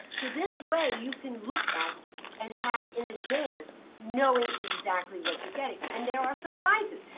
so this way, you can look at and have in advance knowing exactly what you're getting. and there are surprises.